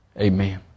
amen